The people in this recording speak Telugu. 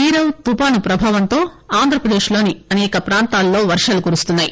నిరవ్ తుఫాను ప్రభావంతో ఆంధ్రప్రదేశ్లోని అనేక ప్రాంతాల్లో వర్షాలు కురుస్తున్నాయి